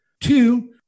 Two